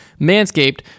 Manscaped